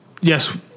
yes